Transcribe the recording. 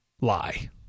lie